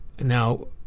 Now